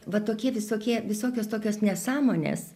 va tokie visokie visokios tokios nesąmonės